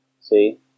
See